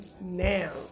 now